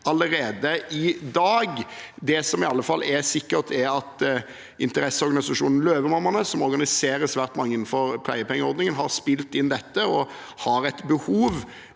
allerede i dag. Det som i alle fall er sikkert, er at interesseorganisasjonen Løvemammaene, som organiserer svært mange innenfor pleiepengeordningen, har spilt inn at det er behov